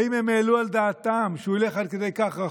האם הם העלו על דעתם שהוא ילך רחוק עד כדי כך?